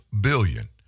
billion